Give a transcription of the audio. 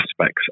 aspects